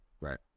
Right